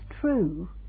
true